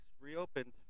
reopened